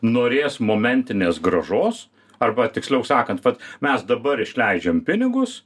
norės momentinės grąžos arba tiksliau sakant vat mes dabar išleidžiam pinigus